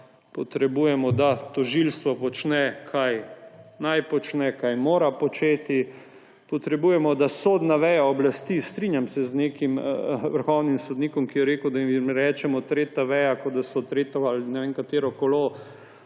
potrebujemo, da tožilstvo počne, kar mora početi, potrebujemo, da sodna veja oblasti − strinjam se z nekim vrhovnim sodnikom, ki je rekel, da jim rečemo tretja veja, kot da so tretje ali ne vem katero kolo